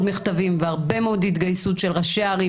מכתבים והרבה מאוד התגייסות של ראשי ערים